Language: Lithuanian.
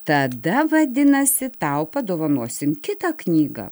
tada vadinasi tau padovanosim kitą knygą